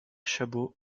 chabaud